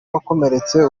wakomeretse